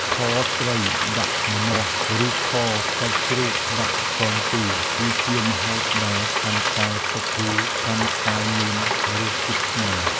ខត្រីដាក់ម្នាស់ ឬខសាច់ជ្រូកដាក់ពងទា គឺជាម្ហូបដែលកាន់តែទុកយូរកាន់តែមានរសជាតិឆ្ងាញ់។